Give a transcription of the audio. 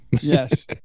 Yes